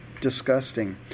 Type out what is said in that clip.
disgusting